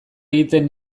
egiten